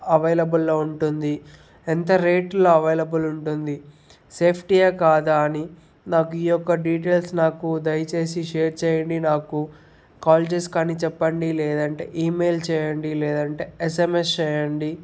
అవైలబుల్లో ఉంటుంది ఎంత రేట్లో అవైలబుల్ ఉంటుంది సేఫ్టీయ కాదా అని నాకు ఈ యొక్క డీటెయిల్స్ నాకు దయచేసి షేర్ చెయ్యండి నాకు కాల్ చేసి కాని చెప్పండి లేదంటే ఈమెయిల్ చెయ్యండి లేదంటే ఎస్ఎంఎస్ చేయండి